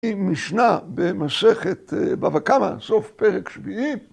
‫היא משנה במסכת בבא קמה, ‫סוף פרק שביעי.